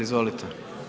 Izvolite.